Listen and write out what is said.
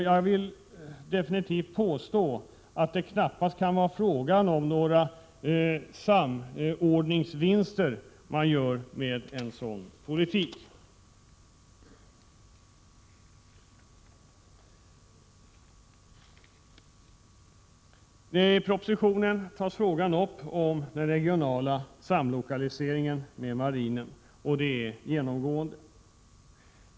Jag vill definitivt påstå att det knappast kan vara fråga om några samordningsvinster med en sådan politik. I propositionen tas frågan upp om den regionala samlokaliseringen med marinen. Den är genomgående.